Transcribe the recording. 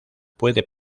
puede